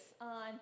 on